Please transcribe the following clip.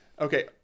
Okay